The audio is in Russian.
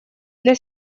для